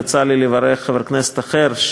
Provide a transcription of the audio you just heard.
יצא לי לברך חבר כנסת אחר,